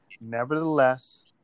Nevertheless